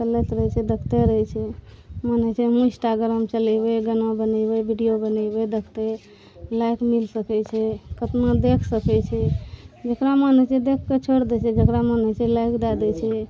चलैत रहै छै देखते रहै छै मन होइ छै हम इंस्टाग्राम चलेबै गाना बनेबै वीडियो बनेबै देखतै लाइक मिल सकै छै कतेक देख सकैत छै जेकरा मन होइ छै देख कऽ छोड़ि दै छै जकरा मन होइ छै लाइक दए दै छै